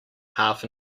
half